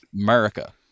America